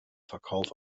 verkauf